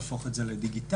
להפוך את זה לדיגיטלי.